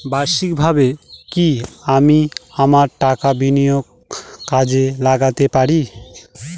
বার্ষিকভাবে কি আমি আমার টাকা বিনিয়োগে কাজে লাগাতে পারি?